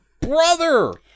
brother